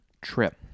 trip